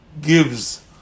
gives